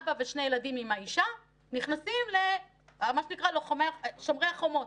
אבא ושני ילדים עם האישה נכנסים למה שנקרא "שומרי החומות".